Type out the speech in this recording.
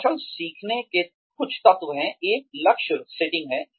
कौशल सीखने के कुछ तत्व हैं एक लक्ष्य सेटिंग है